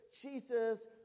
Jesus